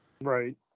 Right